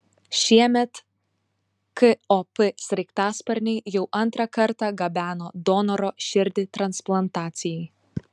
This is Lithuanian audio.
šiemet kop sraigtasparniai jau antrą kartą gabeno donoro širdį transplantacijai